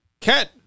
Cat